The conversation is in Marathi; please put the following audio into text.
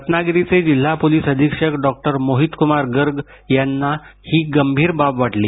रत्नागिरीये जिल्हा पोलीस अधीक्षक डॉक्टर मोहित कृमार गर्ग यांना ही बाब गंभीर वाटली